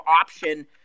option